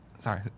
sorry